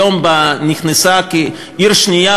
היום היא נכנסה כעיר השנייה,